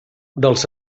dels